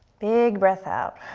big breath out.